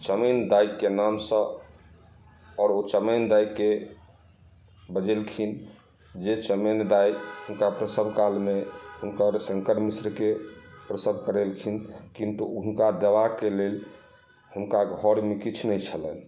चमैन दाइके नामसँ आओर ओ चमैन दाइके बजेलखिन जे चमैन दाइ हुनका प्रसव कालमे हुनकर शंकर मिश्रके प्रसव करेलखिन किन्तु हुनका देबाक लेल हुनका घरमे किछु नहि छलनि